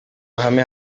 bahame